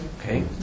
Okay